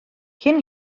cyn